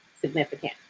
significant